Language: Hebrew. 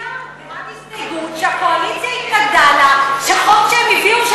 כהצעת הוועדה ועם ההסתייגות שנתקבלה, נתקבל.